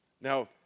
Now